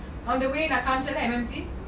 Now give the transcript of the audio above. on the way நான் காமச்சன்ல:naan kamchanla M_M_C